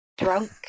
Drunk